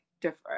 different